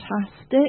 fantastic